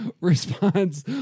response